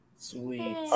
Sweet